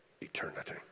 eternity